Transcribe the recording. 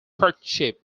partnership